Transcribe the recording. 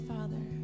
Father